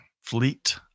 Fleet